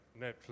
Netflix